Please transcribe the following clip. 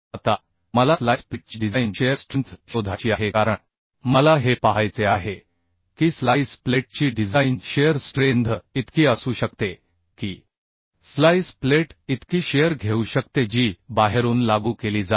आता मला स्लाईस प्लेटची डिझाइन शिअर स्ट्रेंथ शोधायची आहे कारण मला हे पाहायचे आहे की स्लाईस प्लेटची डिझाइन शिअर स्ट्रेंथ इतकी असू शकते की स्लाईस प्लेट इतकी शिअर घेऊ शकते जी बाहेरून लागू केली जाते